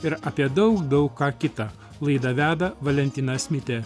ir apie daug daug ką kitą laidą veda valentinas mitė